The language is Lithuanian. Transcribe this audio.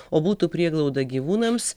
o būtų prieglauda gyvūnams